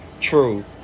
true